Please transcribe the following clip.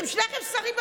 אתם שניכם שרים בממשלה,